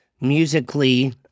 musically